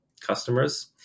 customers